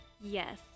Yes